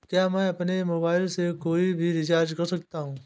क्या मैं अपने मोबाइल से कोई भी रिचार्ज कर सकता हूँ?